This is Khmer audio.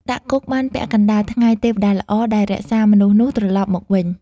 ដាក់គុកបានពាក់កណ្តាលថ្ងៃ ទេវតាល្អដែលរក្សាមនុស្សនោះត្រឡប់មកវិញ ។